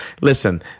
Listen